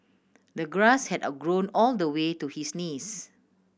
the grass had a grown all the way to his knees